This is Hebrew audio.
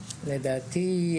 לדעתי,